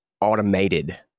automated